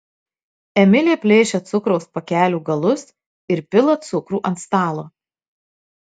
emilė plėšia cukraus pakelių galus ir pila cukrų ant stalo